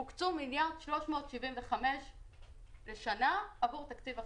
הוקצו 1.375 מיליארד לשנה עבור תקציב אחזקה.